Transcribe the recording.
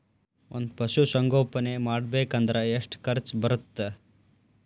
ಒಂದ್ ಪಶುಸಂಗೋಪನೆ ಮಾಡ್ಬೇಕ್ ಅಂದ್ರ ಎಷ್ಟ ಖರ್ಚ್ ಬರತ್ತ?